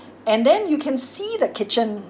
and then you can see the kitchen